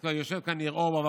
אז כבר יושב כאן ניר אורבך.